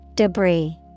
Debris